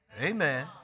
Amen